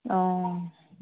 অঁ